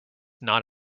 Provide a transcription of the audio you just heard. not